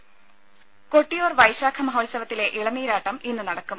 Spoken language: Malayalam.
രുമ കൊട്ടിയൂർ വൈശാഖ മഹോത്സവത്തിലെ ഇളനീരാട്ടം ഇന്ന് നടക്കും